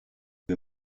wir